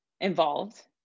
involved